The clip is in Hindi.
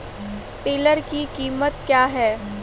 टिलर की कीमत क्या है?